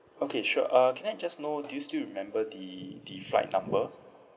okay sure uh can I just know do you still remember the the flight number